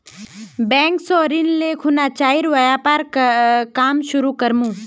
bank स ऋण ले खुना चाइर व्यापारेर काम शुरू कर मु